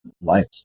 life